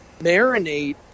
marinate